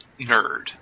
nerd